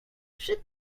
przy